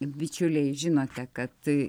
bičiuliai žinote kad